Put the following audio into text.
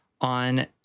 on